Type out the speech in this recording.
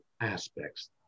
aspects